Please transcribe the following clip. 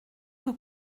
que